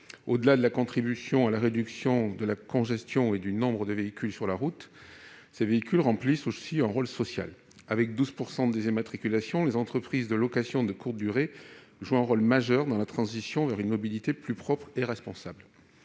Au-delà de la contribution à la réduction de la congestion et du nombre de véhicules sur la route, ces véhicules remplissent aussi un rôle social. Avec 12 % des immatriculations, les entreprises de location de courte durée jouent un rôle majeur dans la transition vers une mobilité plus propre et responsable.